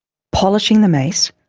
polishing the mace,